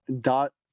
dot